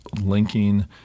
linking